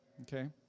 okay